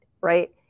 right